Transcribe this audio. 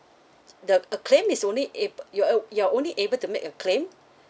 the a claim is only if you're you are only able to make a claim